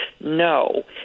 No